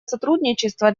сотрудничество